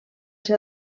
ser